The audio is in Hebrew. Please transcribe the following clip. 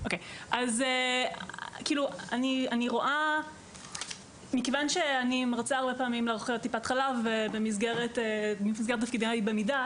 אני מרצה בפני אחיות טיפת חלב במסגרת תפקידי בעמותה.